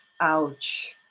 ouch